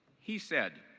he said,